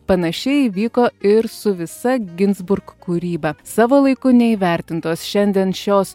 panašiai įvyko ir su visa ginzburg kūryba savo laiku neįvertintos šiandien šios